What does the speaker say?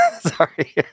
Sorry